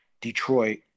detroit